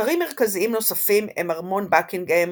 אתרים מרכזיים נוספים הם ארמון בקינגהאם,